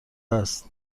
است